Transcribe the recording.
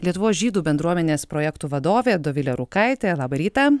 lietuvos žydų bendruomenės projektų vadovė dovilė rūkaitė labą rytą